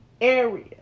area